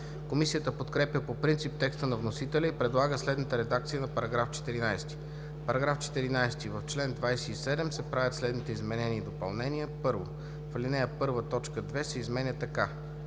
Комисията подкрепя по принцип текста на вносителя и предлага следната редакция на § 14: „§ 14. В чл. 27 се правят следните изменения и допълнения: 1. В ал. 1 т. 2 се изменя така: